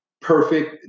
perfect